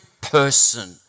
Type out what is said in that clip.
person